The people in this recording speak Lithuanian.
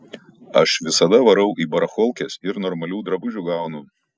aš visada varau į baracholkes ir normalių drabužių gaunu